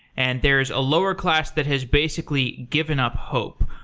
and there is a lower class that has basically given up hope.